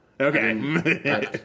Okay